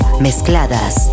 mezcladas